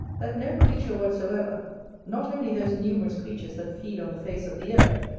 that no creature whatsoever not only those numerous creatures that feed on the face of the earth,